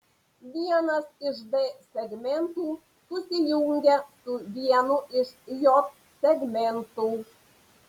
vienas iš d segmentų susijungia su vienu iš j segmentų